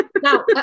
now